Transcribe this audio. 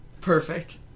Perfect